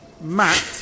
Matt